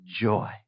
joy